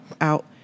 out